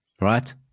right